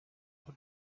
who